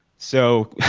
so,